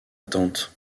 tante